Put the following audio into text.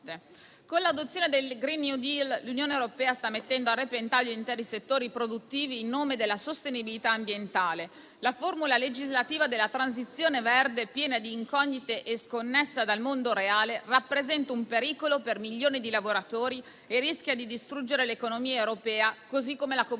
Con l'adozione del *green new deal*, l'Unione europea sta mettendo a repentaglio interi settori produttivi in nome della sostenibilità ambientale. La formula legislativa della transizione verde, piena di incognite e sconnessa dal mondo reale, rappresenta un pericolo per milioni di lavoratori e rischia di distruggere l'economia europea così come la conosciamo